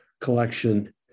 collection